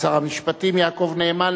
שר המשפטים יעקב נאמן,